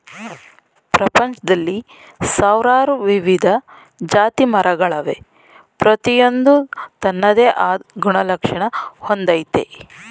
ಪ್ರಪಂಚ್ದಲ್ಲಿ ಸಾವ್ರಾರು ವಿವಿಧ ಜಾತಿಮರಗಳವೆ ಪ್ರತಿಯೊಂದೂ ತನ್ನದೇ ಆದ್ ಗುಣಲಕ್ಷಣ ಹೊಂದಯ್ತೆ